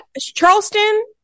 Charleston